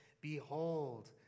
Behold